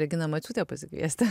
reginą maciūtę pasikviesti